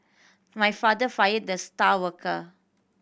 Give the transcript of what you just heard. my father fired the star worker